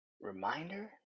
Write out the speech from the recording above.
Reminder